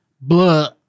Blah